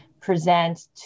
present